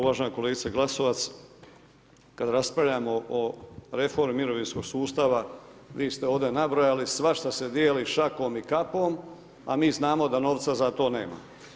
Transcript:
Uvažena kolegice Glasovac, kada raspravljamo o reformi mirovinskog sustava, vi ste ovdje nabrojali, svašta se dijeli šakom i kapom a mi znamo da novca za to nema.